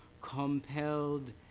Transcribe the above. compelled